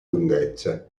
lunghezze